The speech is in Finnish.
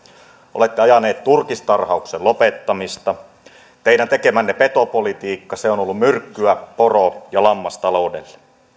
olette ajaneet turkistarhauksen lopettamista teidän tekemänne petopolitiikka on ollut myrkkyä poro ja lammastaloudelle